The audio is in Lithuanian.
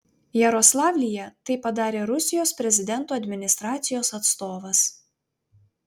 jaroslavlyje tai padarė rusijos prezidento administracijos atstovas